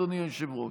אדוני היושב-ראש: